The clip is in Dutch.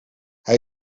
hij